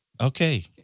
Okay